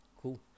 cool